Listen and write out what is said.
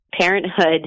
Parenthood